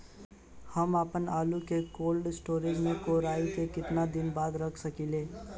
हम आपनआलू के कोल्ड स्टोरेज में कोराई के केतना दिन बाद रख साकिले?